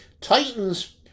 Titans